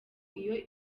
iyo